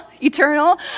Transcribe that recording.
eternal